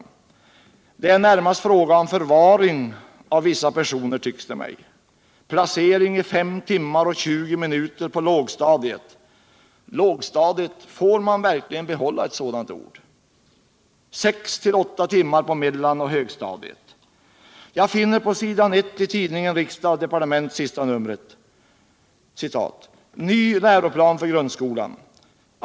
Det är närmast fråga om förvaring av vissa personer. tycks det mig. Placering i 5 timmar och 20 minuter på lågstadiet — lågstadiet, får man verkligen behålla ett sådant ord? 6-8 timmar på mellan och högstadiet. Jag finner på s. I i det senaste numret av tidningen Från Riksdag § Departement följunde: ”Ny fliroplan för grundskolan.